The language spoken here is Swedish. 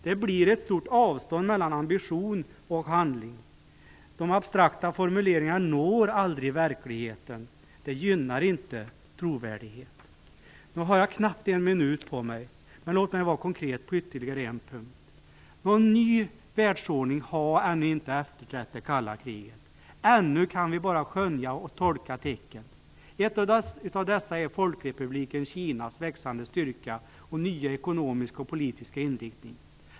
Det blir ett stort avstånd mellan ambition och handling. De abstrakta formuleringarna når aldrig verkligheten. Det gynnar inte vår trovärdighet. Nu har jag knappt en minut på mig, men låt mig vara konkret på ytterligare en punkt. Någon ny världsordning har ännu inte efterträtt det kalla kriget. Ännu kan vi bara skönja och tolka tecken. Ett av dessa är Folkrepubliken Kinas växande styrka och nya ekonomiska och politiska inriktning.